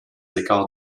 écarts